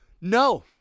No